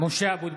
(קורא בשמות חברי הכנסת) משה אבוטבול,